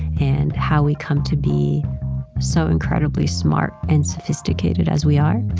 and how we come to be so incredibly smart and sophisticated as we are.